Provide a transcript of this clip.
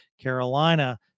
Carolina